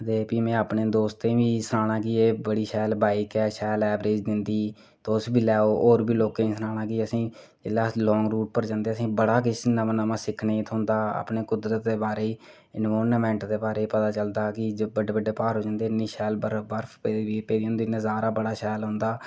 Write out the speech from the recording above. ते भी में अपने दोस्तें गी बी सनाना कि एह् बड़ी शैल बाईक ऐ शैल एवरेज दिंदी तुस बी लैओ होर बी लोकें गी सनाना जेल्लै अस लांग रूट पर जंदे असेंगी बड़ा किश सिक्खने गी थ्होंदा अपने कुदरत दे बारै च एन्वरनामेंट दे बारै च पता चलदा कि बड्डे बड्डे प्हाड़ जेह्दे पर इन्नी शैल बरफ पेदी होंदी नज़ारा बड़ा शैल औंदा